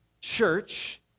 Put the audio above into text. church